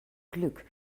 glück